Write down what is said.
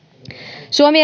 suomi